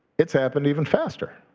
it's happened even faster.